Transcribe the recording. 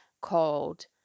called